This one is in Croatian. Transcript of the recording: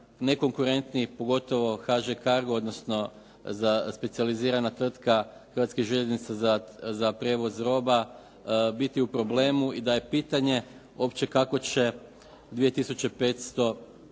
nekonkuretniji, pogotovo HŽ Cargo odnosno specijalizirana tvrtka Hrvatskih željeznica za prijevoz roba biti u problemu i da je pitanje uopće kako će 2500 zaposlenih